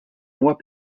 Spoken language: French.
mois